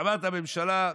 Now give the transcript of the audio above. הקמת הממשלה,